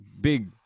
big